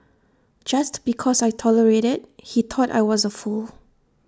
just because I tolerated he thought I was A fool